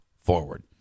forward